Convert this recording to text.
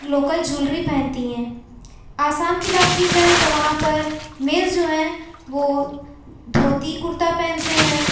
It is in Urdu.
لوکل جولری پہنتی ہیں آسام کی بات کی جائے تو وہاں پر مینس جو ہیں وہ دھوتی کرتا پہنتے ہیں